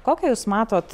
kokią jūs matot